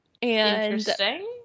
Interesting